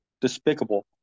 despicable